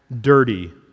dirty